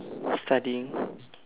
studying